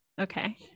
Okay